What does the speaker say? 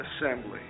Assembly